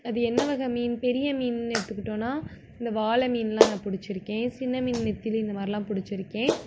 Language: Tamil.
அது என்ன வகை மீன் பெரிய மீன்னு எடுத்துக்கிட்டோம்னா இந்த வாலை மீன்லாம் நான் பிடிச்சிருக்கேன் சின்ன மீன் நெத்திலி இந்தமாதிரிலாம் பிடிச்சிருக்கேன்